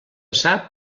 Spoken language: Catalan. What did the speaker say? sap